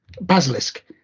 basilisk